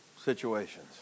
situations